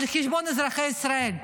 על חשבון אזרחי ישראל,